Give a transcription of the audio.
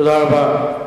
תודה רבה.